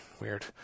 Weird